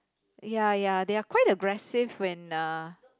ya ya they are quite aggressive when uh